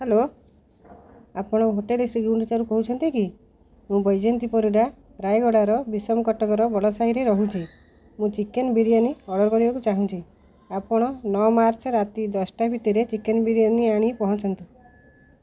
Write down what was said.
hello ଆପଣ hotel Shri ଗୁଣ୍ଡିଚାରୁ କହୁଛନ୍ତି କି ମୁଁ ବୈଜୟନ୍ତୀ ପରିଡ଼ା ରାୟଗଡ଼ାର ବିଷମ କଟକର ବଳସହିରେ ରହୁଛି ମୁଁ ଚିକେନ୍ ବିରିୟାନୀ ଅର୍ଡ଼ର୍ କରିବାକୁ ଚାହୁଁଛିି ଆପଣ ନଅ ମାର୍ଚ୍ଚ୍ ରାତି ଦଶଟା ଭିତରେ ଚିକେନ୍ ବିରିୟାନି ଆଣି ପହଞ୍ଚନ୍ତୁ